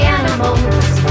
animals